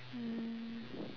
mm